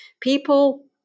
People